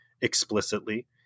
explicitly